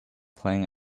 playing